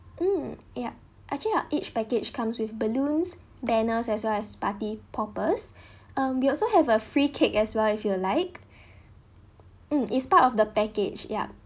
mm yup actually our each package comes with balloons banners as well as party poppers um we also have a free cake as well if you like mm it's part of the package yup